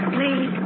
Please